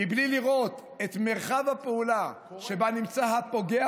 מבלי לראות את מרחב הפעולה שבו נמצאים הפוגע